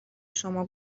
شما